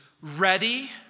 ready